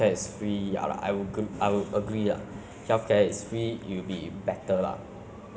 ah the citizens will be less stress lah I would say is a good thing lah I agree with you